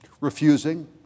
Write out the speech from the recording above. refusing